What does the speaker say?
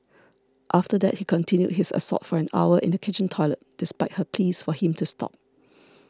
after that he continued his assault for an hour in the kitchen toilet despite her pleas for him to stop